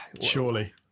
Surely